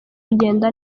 kugenda